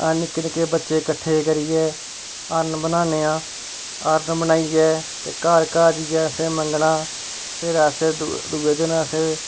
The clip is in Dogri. एह् निक्के निक्के बच्चे कट्ठे करियै हरण बनान्ने आं हरण बनाइयै ते घार घार जेइयै असें मंगना फिर अस दूए दिन अस